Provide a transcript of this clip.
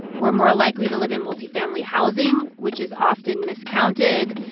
we're more likely to live in multi-family housing, which is often miscounted.